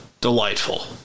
delightful